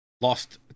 Lost